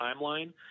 timeline